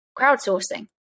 crowdsourcing